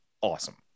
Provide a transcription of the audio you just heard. awesome